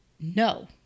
no